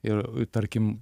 ir tarkim